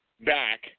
back